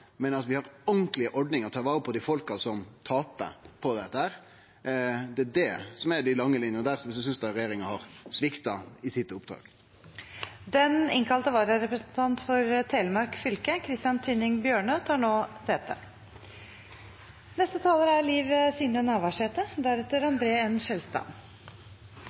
men at vi har ordentlege ordningar for å ta vare på dei folka som tapar på dette. Det er det som er dei lange linjene, og derfor synest eg regjeringa har svikta i oppdraget sitt. Den innkalte vararepresentanten for Telemark fylke, Christian Tynning Bjørnø, tar nå sete.